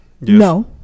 No